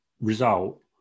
result